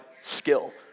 skill